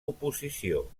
oposició